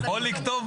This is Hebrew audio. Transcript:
נציגות